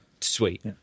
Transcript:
Sweet